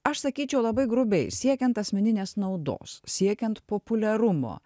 aš sakyčiau labai grubiai siekiant asmeninės naudos siekiant populiarumo